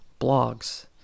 blogs